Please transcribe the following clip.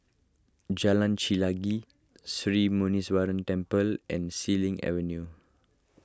Jalan Chelagi Sri Muneeswaran Temple and Xilin Avenue